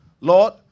Lord